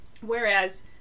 Whereas